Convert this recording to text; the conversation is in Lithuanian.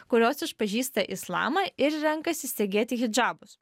kurios išpažįsta islamą ir renkasi segėti hidžabus